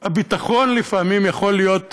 הביטחון לפעמים יכול להיות